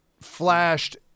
flashed